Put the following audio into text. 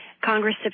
congress